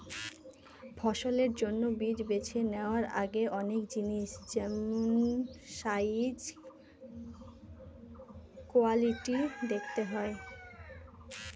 ফসলের জন্য বীজ বেছে নেওয়ার আগে অনেক জিনিস যেমল সাইজ, কোয়ালিটি দেখতে হয়